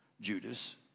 Judas